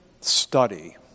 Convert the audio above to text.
study